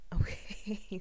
okay